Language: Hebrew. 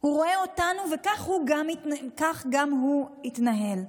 הוא רואה אותנו וכך גם הוא יתנהל.